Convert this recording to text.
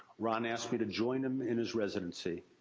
ron asked me to join him in his residency,